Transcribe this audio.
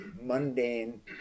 mundane